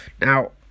now